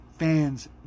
Fans